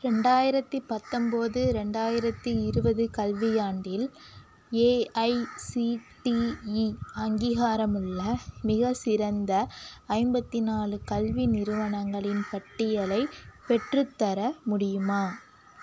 ரெண்டாயிரத்தி பத்தொம்பது ரெண்டாயிரத்தி இருபது கல்வியாண்டில் ஏஐசிடிஇ அங்கீகாரமுள்ள மிகச்சிறந்த ஐம்பத்தி நாலு கல்வி நிறுவனங்களின் பட்டியலை பெற்றுத்தர முடியுமா